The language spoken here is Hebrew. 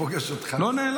אני פוגש אותך פה.